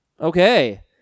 Okay